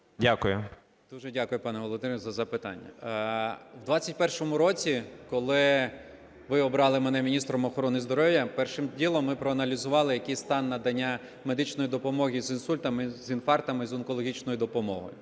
Дуже дякую, пане Володимире, за запитання. В 21-му році, коли ви обрали мене міністром охорони здоров'я, першим ділом ми проаналізували, який стан надання медичної допомоги з інсультами, з інфарктами, з онкологічною допомогою.